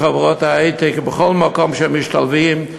בחברות ההיי-טק ובכל מקום שהם משתלבים,